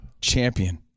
Champion